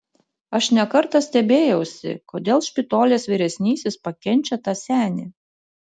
aš ne kartą stebėjausi kodėl špitolės vyresnysis pakenčia tą senį